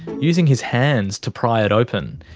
using his hands to pry it open.